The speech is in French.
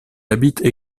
habitent